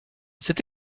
cet